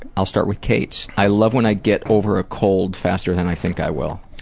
i'll start with kate's. i love when i get over a cold faster than i think i will.